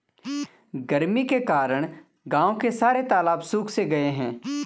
गर्मी के कारण गांव के सारे तालाब सुख से गए हैं